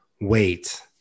wait